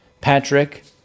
Patrick